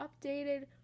updated